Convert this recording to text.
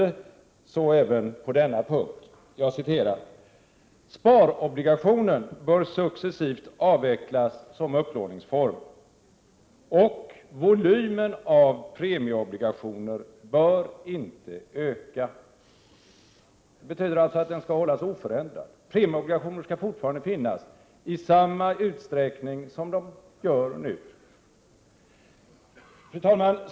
”Sparobligationen bör successivt avvecklas som upplåningsform, och volymen av premieobligationer bör inte öka.” ”Inte öka” betyder att mängden kan hållas oförändrad. Premieobligationer kommer alltså fortfarande att finnas i samma utsträckning som de gör nu. Fru talman!